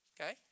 okay